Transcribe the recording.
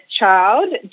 child